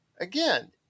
again